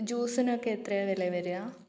ജ്യൂസിനൊക്കെ എത്രയാണ് വില വര്വാ